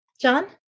John